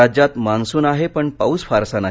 राज्यात मान्सून आहे पण पाऊस फारसा नाही